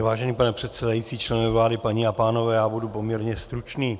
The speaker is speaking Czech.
Vážený pane předsedající, členové vlády, paní a pánové, já budu poměrně stručný.